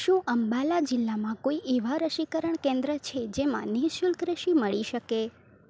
શું અંબાલા જિલ્લામાં કોઈ એવાં રસીકરણ કેન્દ્ર છે જેમાં નિ શુલ્ક રસી મળી શકે